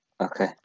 Okay